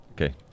Okay